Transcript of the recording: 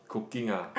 cooking ah